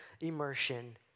immersion